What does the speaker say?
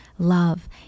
love